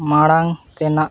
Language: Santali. ᱢᱟᱲᱟᱝ ᱛᱮᱱᱟᱜ